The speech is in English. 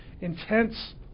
intense